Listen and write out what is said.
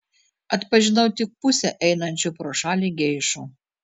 atpažinau tik pusę einančių pro šalį geišų